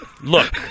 Look